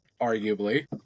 Arguably